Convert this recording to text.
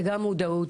וגם מודעות.